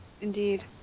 indeed